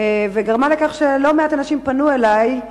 וגרמה לכך שלא מעט אנשים פנו אלי.